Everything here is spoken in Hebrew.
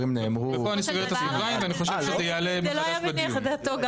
זה לא היה מניח את דעתו גם